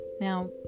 Now